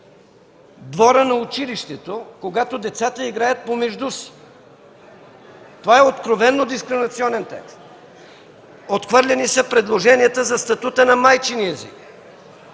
двора на училището, когато децата играят помежду си. Това е откровено дискриминационен текст. Отхвърлени са предложенията за статута на майчиния език.